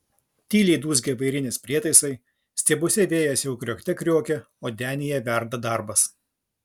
tyliai dūzgia vairinės prietaisai stiebuose vėjas jau kriokte kriokia o denyje verda darbas